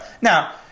Now